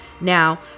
Now